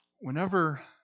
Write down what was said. Whenever